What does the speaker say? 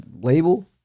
label